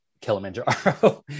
Kilimanjaro